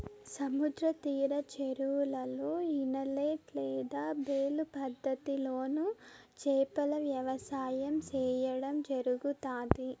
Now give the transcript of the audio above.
సముద్ర తీర చెరువులలో, ఇనలేట్ లేదా బేలు పద్ధతి లోను చేపల వ్యవసాయం సేయడం జరుగుతాది